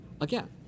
again